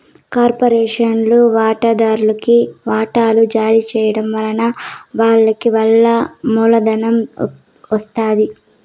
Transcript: కార్పొరేషన్ల వాటాదార్లుకి వాటలు జారీ చేయడం వలన వాళ్లకి నల్ల మూలధనం ఒస్తాది